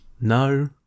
No